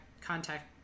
contact